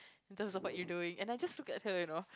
those are what you doing and I just looked at her you know